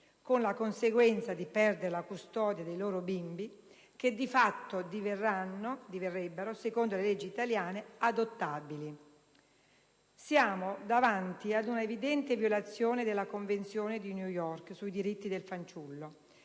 con la conseguenza di perdere la custodia dei loro bimbi che di fatto diverrebbero, secondo le leggi italiane, adottabili. Siamo davanti ad una evidente violazione della Convenzione di New York sui diritti del fanciullo,